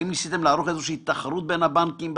האם ניסיתם לערוך איזו שהיא תחרות בין הבנקים בעניין?